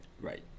Right